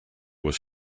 was